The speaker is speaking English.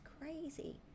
crazy